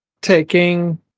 taking